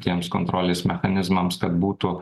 tiems kontrolės mechanizmams kad būtų